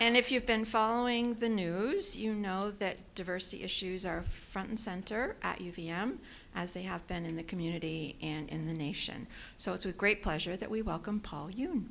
and if you've been following the news you know that diversity issues are front and center at you v m as they have been in the community and in the nation so it's with great pleasure that we welcome paul you